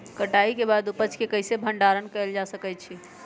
कटाई के बाद उपज के कईसे भंडारण कएल जा सकई छी?